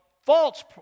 false